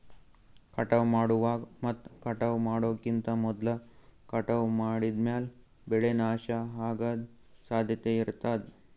ಕಟಾವ್ ಮಾಡುವಾಗ್ ಮತ್ ಕಟಾವ್ ಮಾಡೋಕಿಂತ್ ಮೊದ್ಲ ಕಟಾವ್ ಮಾಡಿದ್ಮ್ಯಾಲ್ ಬೆಳೆ ನಾಶ ಅಗದ್ ಸಾಧ್ಯತೆ ಇರತಾದ್